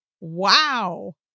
wow